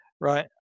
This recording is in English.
right